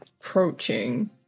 approaching